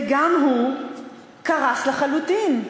וגם הוא קרס לחלוטין.